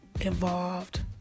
involved